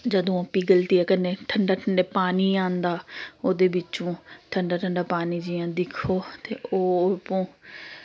जदूं ओह् पिघलदी ऐ कन्नै ठंडा ठंडा पानी औंदा ओह्दे बिच्चूं ठंडा ठंडा पानी जि'यां दिक्खो ते ओह्